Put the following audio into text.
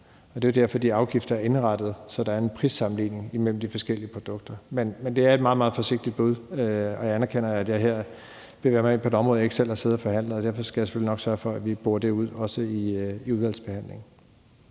Det er derfor, de afgifter er indrettet, så der er en prissammenligning mellem de forskellige produkter. Men det er et meget, meget forsigtigt bud, og jeg anerkender, at jeg her bevæger mig ind på et område, jeg ikke selv har siddet og forhandlet, og derfor skal jeg selvfølgelig nok sørge for, at vi også borer det ud i udvalgsbehandlingen.